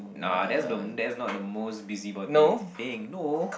nah that's the that's not the most busybody thing no